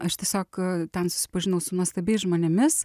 aš tiesiog ten susipažinau su nuostabiais žmonėmis